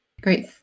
Great